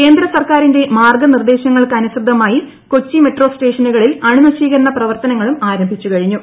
കേന്ദ്ര സർക്കാരിന്റെ മാർഗ്ഗനിർദ്ദേശങ്ങൾക്ക് അനുസൃതമായി കൊച്ചി മെട്രോ സ്റ്റേഷനുകളിൽ അണുനശീകരണ പ്രവർത്തനങ്ങളും ആരംഭിച്ചു കഴിഞ്ഞു